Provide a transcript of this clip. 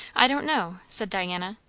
i don't know, said diana.